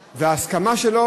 בבקשה.